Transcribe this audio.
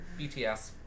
bts